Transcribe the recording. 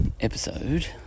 episode